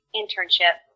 internship